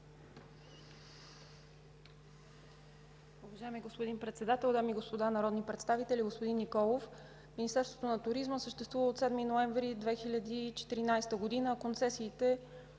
Уважаеми господин Председател, дами и господа народни представители! Господин Николов, Министерството на туризма съществува от 7 ноември 2014 г., а концесиите,